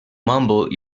mumble